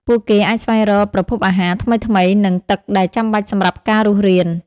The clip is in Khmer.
ពួកគេអាចស្វែងរក ប្រភពអាហារ ថ្មីៗ និងទឹកដែលចាំបាច់សម្រាប់ការរស់រាន។